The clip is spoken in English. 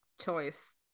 choice